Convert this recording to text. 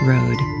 Road